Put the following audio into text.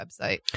website